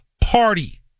party